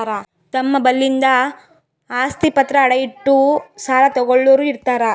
ತಮ್ ಬಲ್ಲಿಂದ್ ಆಸ್ತಿ ಪತ್ರ ಅಡ ಇಟ್ಟು ಸಾಲ ತಗೋಳ್ಳೋರ್ ಇರ್ತಾರ